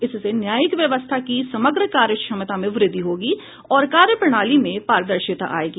इससे न्यायिक व्यवस्था की समग्र कार्यक्षमता में वृद्धि होगी और कार्य प्रणाली में पारदर्शिता आयेगी